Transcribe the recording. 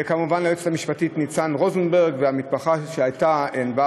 וכמובן ליועצת המשפטית ניצן רוזנברג והמתמחה ענבר